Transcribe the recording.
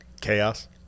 Chaos